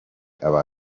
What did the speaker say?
aba